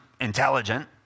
intelligent